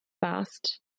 fast